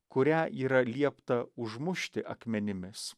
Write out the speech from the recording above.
kurią yra liepta užmušti akmenimis